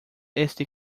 este